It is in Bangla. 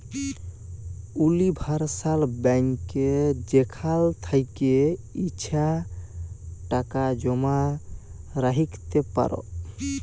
উলিভার্সাল ব্যাংকে যেখাল থ্যাকে ইছা টাকা জমা রাইখতে পার